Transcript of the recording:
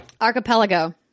archipelago